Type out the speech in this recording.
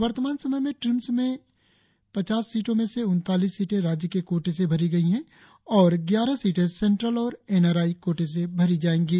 वर्तमान समय में ट्रिम्स में की पचास सीटों में से उनतालीस सीटें राज्य कोटे से भरी गई है और ग्यारह सीटें सेंट्रल और एन आर आई कोटे से भरी जाएंगी